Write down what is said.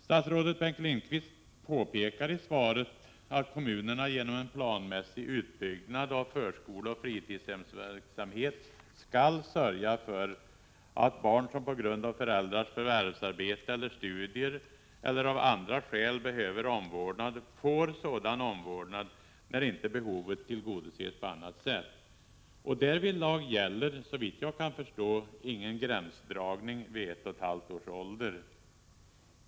Statsrådet Bengt Lindqvist påpekar i svaret att kommunerna genom en planmässig utbyggnad av förskoleoch fritidshemsverksamheten skall sörja för att barn som på grund av föräldrars förvärvsarbete eller studier eller av andra skäl behöver omvårdnad får sådan omvårdnad, när inte behovet tillgodoses på annat sätt. Därvidlag gäller, såvitt jag kan förstå, ingen gränsdragning vid ett och ett halvt års ålder.